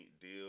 deal